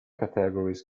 categories